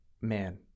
man